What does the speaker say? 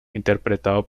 interpretado